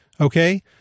okay